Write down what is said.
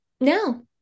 no